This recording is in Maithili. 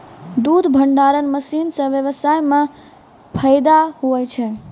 दुध भंडारण मशीन से व्यबसाय मे फैदा हुवै छै